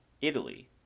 Italy